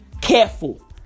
careful